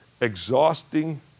Exhausting